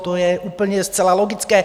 To je úplně zcela logické.